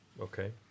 Okay